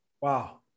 Wow